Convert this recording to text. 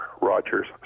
Rogers